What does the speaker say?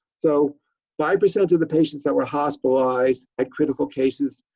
so five percent of the patients that were hospitalized, at critical cases,